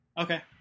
Okay